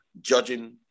judging